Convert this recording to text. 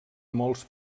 molts